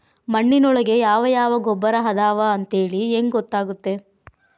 ಮಣ್ಣಿನೊಳಗೆ ಯಾವ ಯಾವ ಗೊಬ್ಬರ ಅದಾವ ಅಂತೇಳಿ ಹೆಂಗ್ ಗೊತ್ತಾಗುತ್ತೆ?